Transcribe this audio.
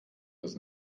das